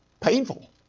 painful